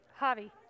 Javi